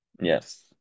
Yes